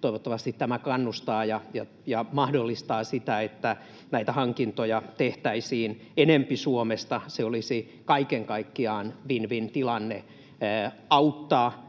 toivottavasti tämä kannustaa ja mahdollistaa sitä, että näitä hankintoja tehtäisiin enempi Suomesta. Se olisi kaiken kaikkiaan win-win-tilanne auttaa,